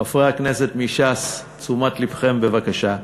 חברי הכנסת מש"ס, תשומת לבכם בבקשה: